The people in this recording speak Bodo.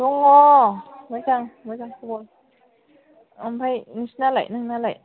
दङ मोजां मोजां खबर ओमफ्राय नोंसिनालाय नोंनालाय